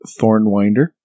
Thornwinder